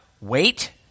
wait